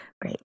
Great